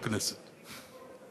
בכנסת,